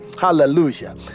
hallelujah